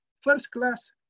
first-class